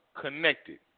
connected